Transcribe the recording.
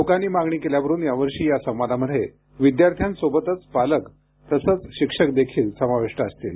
लोकांनी मागणी केल्यावरून यावर्षी या संवादामध्ये विद्यार्थ्यांसोबतच पालक तसंच शिक्षक देखील समाविष्ट असतील